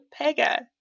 Pega